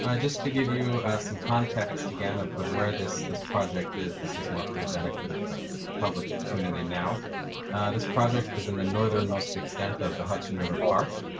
ah just to give you some context, again, of of where this this project is this is more for the benefit of the republic but tuning and now this project is in the northern most extent of the hudson river park.